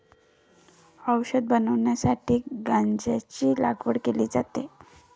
औषध बनवण्यासाठी गांजाची लागवड केली जाते